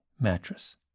mattress